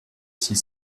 s’il